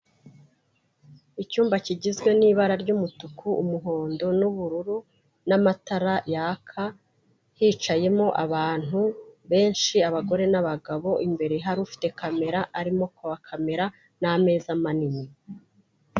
Icyumba kigizwe n'ibara ry'umutuku, umuhondo n'ubururu n'amatara yaka, hicayemo abantu benshi abagore n'abagabo, imbere hari ufite kamera arimo kubakamera n'ameza manini.